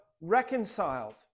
reconciled